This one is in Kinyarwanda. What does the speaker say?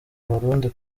abarundi